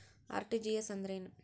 RTGS ಅಂದ್ರೇನು?